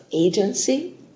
agency